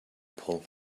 pull